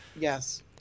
Yes